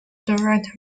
direct